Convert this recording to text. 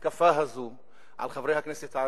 המתקפה הזאת על חברי הכנסת הערבים,